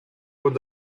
und